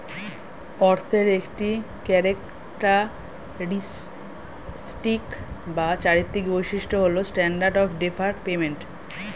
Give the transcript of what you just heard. অর্থের একটি ক্যারেক্টারিস্টিক বা চারিত্রিক বৈশিষ্ট্য হল স্ট্যান্ডার্ড অফ ডেফার্ড পেমেন্ট